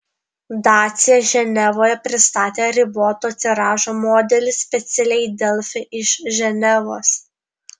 dacia ženevoje pristatė riboto tiražo modelį specialiai delfi iš ženevos